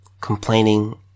complaining